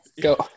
Go